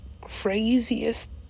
craziest